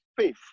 faith